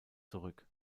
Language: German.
zurück